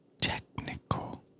technical